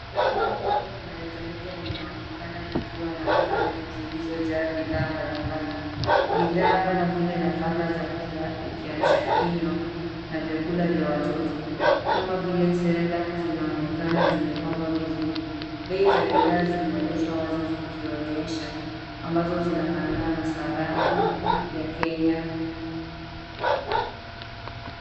Duka kubwa la rejareja linaonekana likiwa na rafu ndefu zilizojaa bidhaa mbalimbali, bidhaa kama nafaka za kiamsha kinywa na vyakula vya watoto kama vile Ceralac zinaonekana zimepangwa vizuri. Bei za bidhaa zimeonyeshwa wazi, zikionyesha ambazo zinafanana na sarafu ya Kenya.